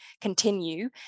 continue